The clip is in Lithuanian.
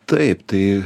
taip tai